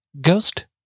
Ghost